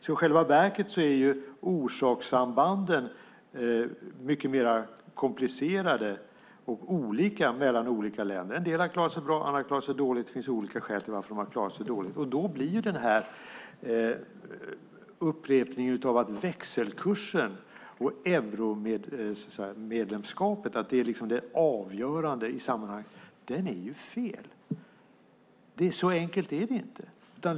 I själva verket är orsakssambanden mycket mer komplicerade och olika mellan olika länder. En del har klarat sig bra, andra har klarat sig dåligt, och det finns olika skäl till att de har klarat sig dåligt. Att växelkursen och euromedlemskapet skulle vara det avgörande i sammanhanget är fel. Så enkelt är det inte.